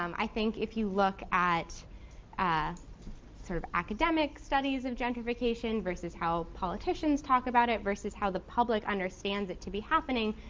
um i think if you look at ah sort of academic studies in gentrification versus how politicians talk about it versus how the public understands it to be happening,